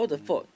um